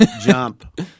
Jump